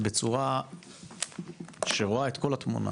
ובצורה שרואה את כל התמונה.